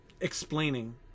Explaining